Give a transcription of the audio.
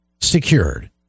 secured